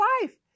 life